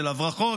של הברחות,